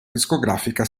discografica